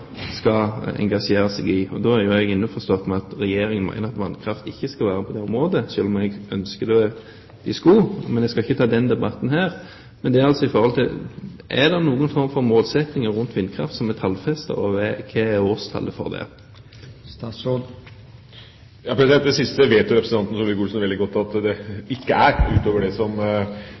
skal engasjere seg i? Jeg er innforstått med at Regjeringen mener at vannkraft ikke skal være med på det området, selv om jeg ønsker at det skal være det. Men jeg skal ikke ta den debatten her. Men spørsmålet er altså: Er det noen form for målsettinger rundt vindkraft som er tallfestet, og hva er årstallet for det? Det siste vet representanten Solvik-Olsen veldig godt at det ikke er utover det målet som